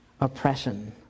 Oppression